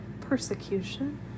persecution